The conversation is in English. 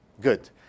good